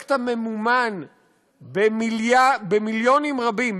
הפרויקט הממומן במיליונים רבים,